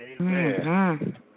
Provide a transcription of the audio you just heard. Amen